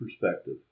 perspective